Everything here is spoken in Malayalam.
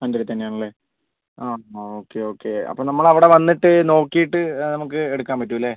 അതിന്റെ അടുത്ത് തന്നെയാണല്ലേ ആ ഓക്കെ ഓക്കെ അപ്പോൾ നമ്മൾ അവിടെ വന്നിട്ട് നോക്കിയിട്ട് നമുക്ക് എടുക്കാൻ പറ്റുമല്ലേ